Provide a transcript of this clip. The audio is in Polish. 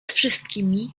wszystkimi